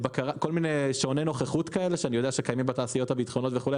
כל מיני שעוני נוכחות כאלה שאני יודע שקיימים בתעשיות הביטחוניות וכו',